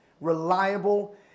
reliable